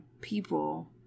people